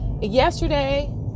Yesterday